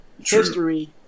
history